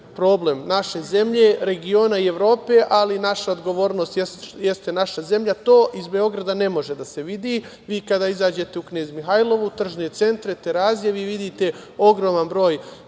problem naše zemlje, regiona i Evrope, ali naša odgovornost jeste naša zemlje. To iz Beograda ne može da se vidi. Vi kada izađete u Knez Mihailovu, tržne centre, na Terazije vi vidite ogroman broj